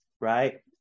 right